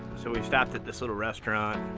so we've stopped at this little restaurant.